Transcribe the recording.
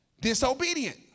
disobedient